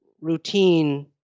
routine